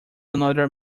another